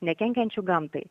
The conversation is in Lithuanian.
nekenkiančių gamtai